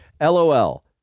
LOL